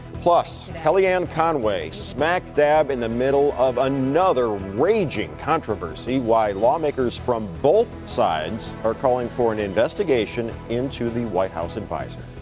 kellyanne conway smack dab in the middle of another raging controversy. why lawmakers from both sides are calling for an investigation into the white house advisor